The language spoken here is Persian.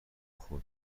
خودروی